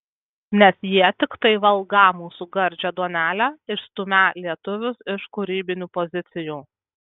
nes jie tiktai valgą mūsų gardžią duonelę išstumią lietuvius iš kūrybinių pozicijų